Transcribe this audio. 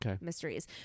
Mysteries